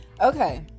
Okay